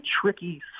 tricky